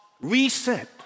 reset